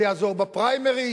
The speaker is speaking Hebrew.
זה יעזור בפריימריז,